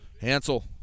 Hansel